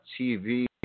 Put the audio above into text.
TV